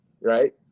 right